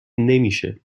نمیشه